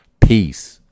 peace